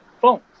phones